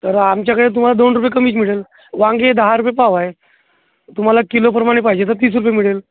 तर आमच्याकडे तुम्हाला दोन रुपये कमीच मिळेल वांगी दहा रूपये पाव आहे तुम्हाला किलोप्रमाणे पाहिजे तर तीस रूपये मिळेल